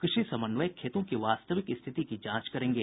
कृषि समन्वयक खेतों की वास्तविक स्थिति की जांच करेंगे